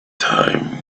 time